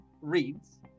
reads